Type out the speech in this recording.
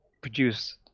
produce